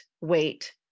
wait